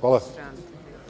Hvala. Iako